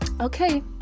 okay